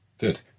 Good